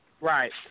Right